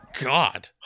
God